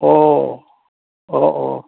অ অ অ